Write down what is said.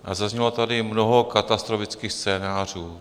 A zaznělo tady mnoho katastrofických scénářů.